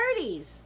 30s